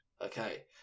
okay